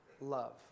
love